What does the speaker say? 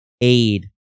aid